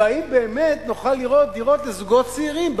והאם באמת נוכל לראות דירות לזוגות צעירים,